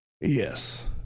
Yes